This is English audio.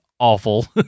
Awful